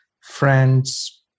friends